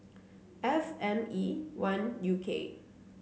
F N E one U K